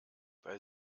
bei